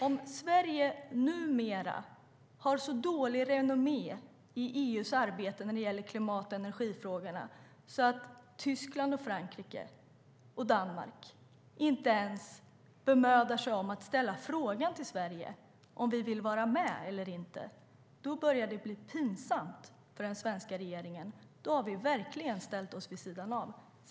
Om Sverige numera har så dåligt renommé i EU när det gäller arbetet med klimat och energifrågorna att Tyskland, Frankrike och Danmark inte ens bemödar sig om att ställa frågan om vi vill vara med eller inte, då börjar det bli pinsamt för den svenska regeringen. Då har vi verkligen ställt oss vid sidan av.